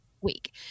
week